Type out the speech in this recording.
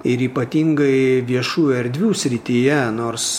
ir ypatingai viešųjų erdvių srityje nors